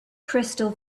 crystal